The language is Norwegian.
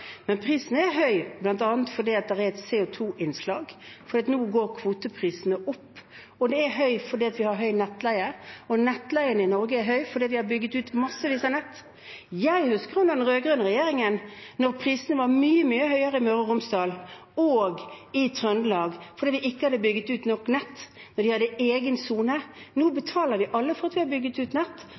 Men prisen er høy bl.a. fordi det er et CO2-innslag, og nå går kvoteprisen opp. Og den er høy fordi vi har høy nettleie – og nettleien i Norge er høy fordi vi har bygget ut massevis av nett. Jeg husker den rød-grønne regjeringen da prisene var mye høyere i Møre og Romsdal og i Trøndelag fordi vi ikke hadde bygget ut nok nett. De hadde egen sone. Nå betaler vi alle for at de har bygget ut nett,